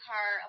Car